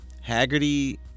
Haggerty